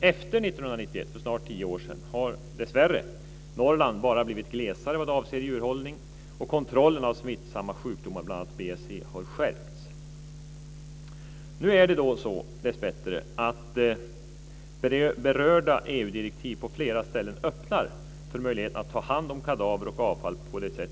Efter 1991 har dessvärre Norrland bara blivit glesare vad avser djurhållning, och kontrollen av smittsamma sjukdomar, bl.a. BSE, har skärpts. Nu är det dessbättre så att berörda EU-direktiv på flera ställen öppnar för möjligheten att ta hand om kadaver och avfall på det sätt